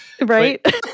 Right